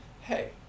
Hey